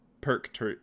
perk